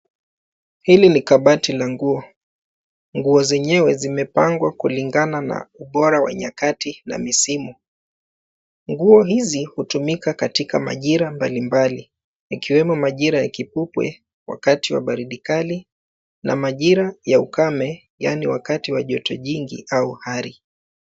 Hili ni kabati la nguo, nguo zenyewe zimepanga kulingana na ubora wa nyakati na misimu. Nguo hizi hutumika katika majira mbali mbali yakiwemo majira ya kipupwe, wakati wa baridi kali na majira ya ukame yaani wakati wa joto jingi au hari.